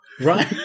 right